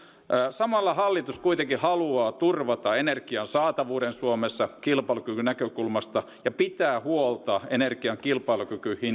samalla hallitus kuitenkin haluaa turvata energian saatavuuden suomessa kilpailukyvyn näkökulmasta ja pitää huolta energian